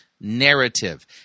narrative